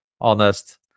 honest